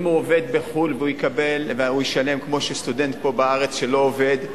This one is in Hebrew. אם הוא עובד בחו"ל והוא ישלם כמו שסטודנט פה בארץ שלא עובד,